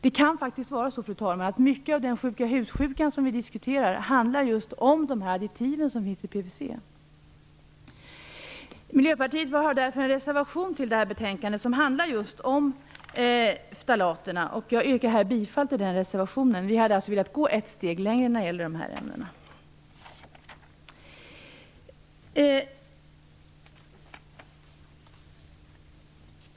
Det kan faktiskt vara så, fru talman, att mycket av den sjuka-hus-sjuka som vi diskuterar handlar just om de additiv som finns i Miljöpartiet har en reservation till betänkandet som handlar just om ftalaterna, och jag yrkar bifall till den reservationen. Vi hade alltså egentligen velat gå ett steg längre när det gäller de här ämnena.